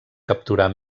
capturar